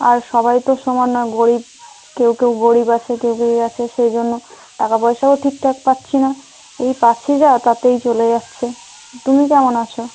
আর সবাই তো সমান নয় গরীব কেউ কেউ গরীব আছে কেউ কেউ আছে সেই জন্য টাকা পয়সাও ঠিকঠাক পাচ্ছি না এই পাচ্ছি যা তাতেই চলে যাচ্ছে তাতেই চলে যাচ্ছে তুমি কেমন আছো